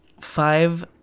five